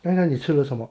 刚才你吃了什么